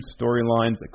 Storylines